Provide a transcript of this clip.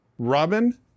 Robin